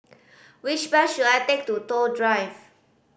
which bus should I take to Toh Drive